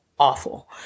awful